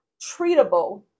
treatable